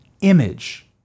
image